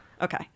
Okay